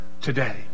today